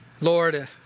Lord